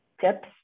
tips